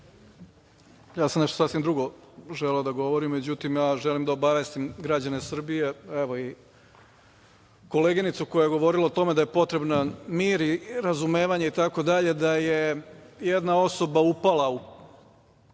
da nešto sasvim drugo govorim, međutim želim da obavestim građane Srbije, evo i koleginicu koja je govorila o tome da je potreban mir i razumevanje i tako dalje da je jedna osoba upala u